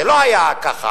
זה לא היה ככה,